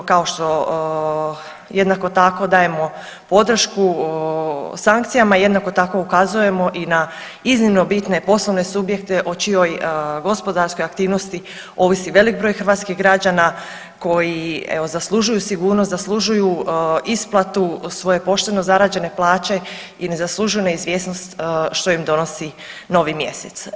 No, kao što jednako tako dajemo podršku sankcijama, jednako tako ukazujemo i na iznimno bitne poslovne subjekte o čijoj gospodarskoj aktivnosti ovisi veliki broj hrvatskih građana koji evo zaslužuju sigurnost, zaslužuju isplatu svoje pošteno zarađene plaće i ne zaslužuju neizvjesnost što im donosi novi mjesec.